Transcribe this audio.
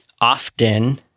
often